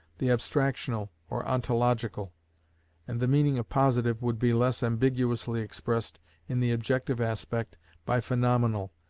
the abstractional or ontological and the meaning of positive would be less ambiguously expressed in the objective aspect by phaenomenal,